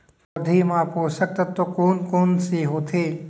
पौधे मा पोसक तत्व कोन कोन से होथे?